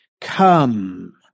come